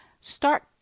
start